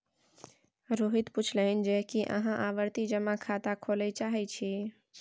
रोहित पुछलनि जे की अहाँ आवर्ती जमा खाता खोलय चाहैत छी